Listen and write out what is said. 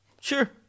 sure